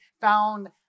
found